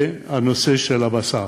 והנושא של הבשר.